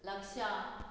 लक्षा